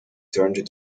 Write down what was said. turned